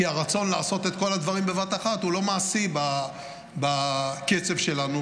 כי הרצון לעשות את כל הדברים בבת-אחת הוא לא מעשי בקצב שלנו.